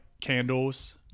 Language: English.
candles